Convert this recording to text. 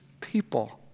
people